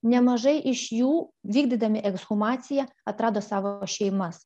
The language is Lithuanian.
nemažai iš jų vykdydami ekshumaciją atrado savo šeimas